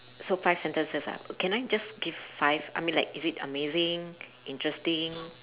so five sentences ah can I just give five I mean like is it amazing interesting